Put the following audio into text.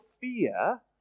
fear